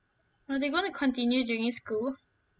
are they going to continue during school